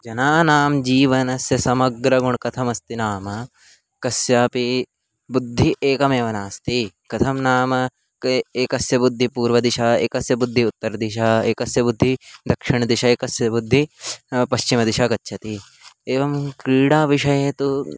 जनानाम् जीवनस्य समग्रगुणः कथमस्ति नाम कस्यापि बुद्धिः एकमेव नास्ति कथं नाम क एकस्य बुद्धिपूर्वदिशि एकस्य बुद्धिः उत्तरदिशि एकस्य बुद्धिः दक्षिणदिस्जि एकस्य बुद्धिः पश्चिमदिशि गच्छति एवं क्रीडाविषये तु